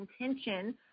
intention